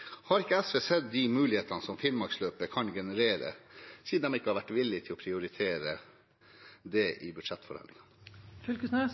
Har ikke SV sett de mulighetene som Finnmarksløpet kan generere, siden de ikke har vært villige til å prioritere det i budsjettforhandlingene?